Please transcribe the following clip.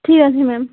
ঠিক আছে ম্যাম